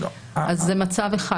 אז זה מצב אחד.